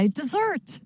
dessert